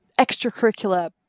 extracurricular